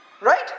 Right